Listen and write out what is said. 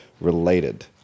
related